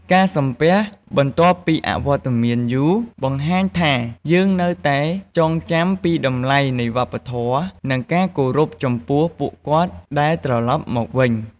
ការសំពះបន្ទាប់ពីអវត្តមានយូរ បង្ហាញថាយើងនៅតែចងចាំពីតម្លៃនៃវប្បធម៌ និងការគោរពចំពោះពួកគាត់ដែលត្រលប់មកវិញ។